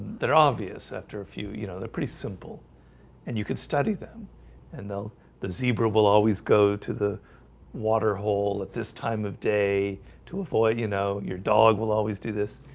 they're obvious after a few, you know, they're pretty simple and you could study them and though the zebra will always go to the waterhole at this time of day to avoid, you know, your dog will always do this.